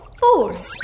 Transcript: force